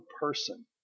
person